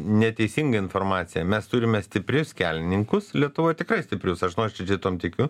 neteisinga informacija mes turime stiprius kelininkus lietuvoj tikrai stiprius aš nuoširdžiai tuom tikiu